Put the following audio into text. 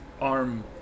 arm